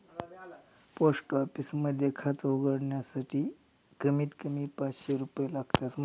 post office मध्ये खात उघडण्यासाठी कमीत कमी पाचशे रुपये लागतात